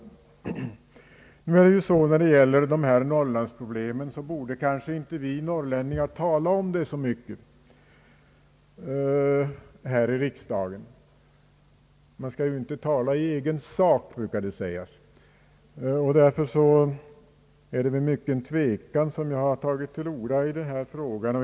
Vi norrlänningar borde kanske inte tala så mycket om dessa norrlandspro blem här i riksdagen — man skall ju inte tala i egen sak, brukar det heta. Det är därför med stor tvekan som jag tagit till orda i denna fråga.